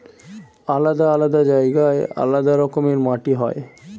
আলাদা আলাদা জায়গায় আলাদা রকমের মাটি হয়